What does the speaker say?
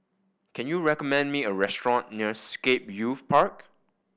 can you recommend me a restaurant near Scape Youth Park